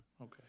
Okay